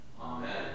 Amen